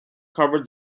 cover